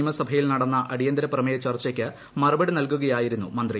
നിയമസഭയിൽ നടന്ന അടിയന്തര പ്രമേയ ചർച്ചയ്ക്ക് മറുപടി നൽകുകയായിരുന്നു മന്ത്രി